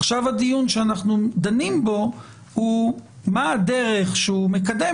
עכשיו הדיון שאנחנו דנים בו הוא מה הדרך שהוא מקדם